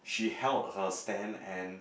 she held her stand and